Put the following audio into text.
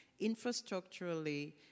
Infrastructurally